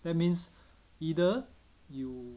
that means either you